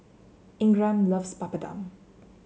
Ingram loves Papadum